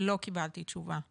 לא קיבלתי תשובה.